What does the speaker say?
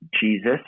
Jesus